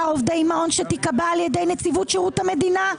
עובדי מעון שייקבע על ידי נציבות שירות המדינה,